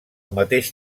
mateix